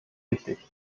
wichtig